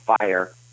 fire